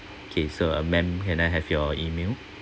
okay so uh ma'am can I have your email